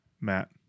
Matt